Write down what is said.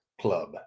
club